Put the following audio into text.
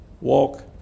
walk